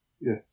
Yes